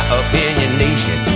opinionation